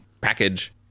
package